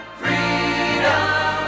freedom